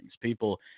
People